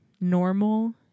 normal